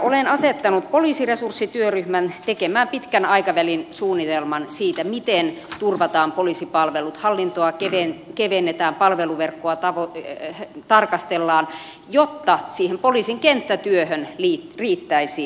olen asettanut poliisiresurssityöryhmän tekemään pitkän aikavälin suunnitelman siitä miten turvataan poliisipalvelut hallintoa kevennetään palveluverkkoa tarkastellaan jotta siihen poliisin kenttätyöhön riittäisi voimavaroja